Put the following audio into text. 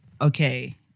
okay